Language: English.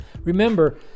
Remember